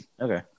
Okay